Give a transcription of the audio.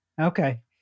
Okay